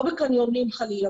לא בקניונים חלילה,